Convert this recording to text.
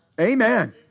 Amen